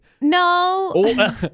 No